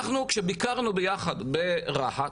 אנחנו כשביקרנו ביחד ברהט,